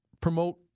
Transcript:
promote